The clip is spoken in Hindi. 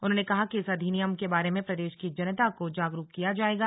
उन्होंने कहा कि इस अधिनियम के बारे में प्रदेश की जनता को जागरूक किया जायेगा